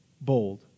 bold